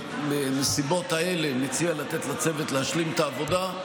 בנסיבות האלה אני מציע לתת לצוות להשלים את העבודה,